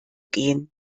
gehen